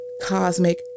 cosmic